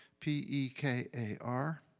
P-E-K-A-R